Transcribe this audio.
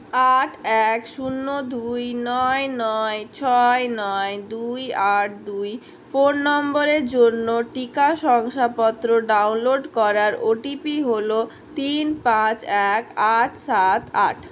আট এক শূন্য দুই নয় নয় ছয় নয় দুই আট দুই ফোন নম্বরের জন্য টিকা শংসাপত্র ডাউনলোড করার ও টি পি হল তিন পাঁচ এক আট সাত আট